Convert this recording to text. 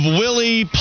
willie